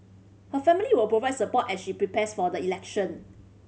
her family will provide support as she prepares for the election